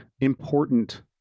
important